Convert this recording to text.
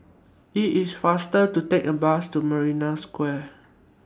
IT IS faster to Take The Bus to Marina Square